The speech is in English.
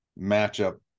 matchup